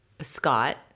Scott